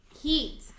heat